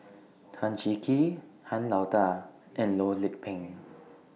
Tan Cheng Kee Han Lao DA and Loh Lik Peng